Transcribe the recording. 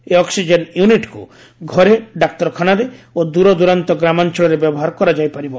ଏହି ଅକ୍ସିଜେନ୍ ୟୁନିଟ୍କୁ ଘରେ ଡାକ୍ତରଖାନାରେ ଓ ଦୂରଦୂରାନ୍ତ ଗ୍ରାମାଞ୍ଚଳରେ ବ୍ୟବହାର କରାଯାଇପାରିବ